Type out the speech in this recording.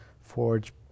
forge